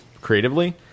creatively